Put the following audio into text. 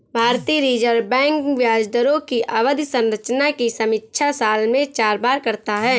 भारतीय reserve bank ब्याज दरों की अवधि संरचना की समीक्षा साल में चार बार करता है